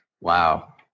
Wow